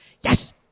Yes